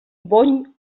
bony